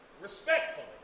respectfully